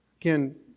Again